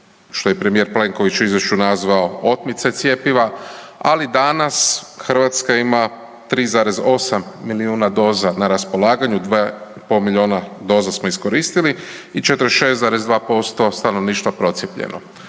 što je premijer Plenković u izvješću nazvao otmice cjepiva, ali danas Hrvatska ima 3,8 milijuna doza na raspolaganju, 2,5 milijuna doza smo iskoristili i 46,2% stanovništva procijepljeno,